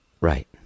Right